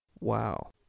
Wow